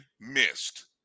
missed